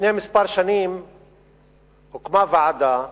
לפני שנים מספר הוקמה ועדה,